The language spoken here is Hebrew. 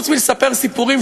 חוץ מלספר סיפורים,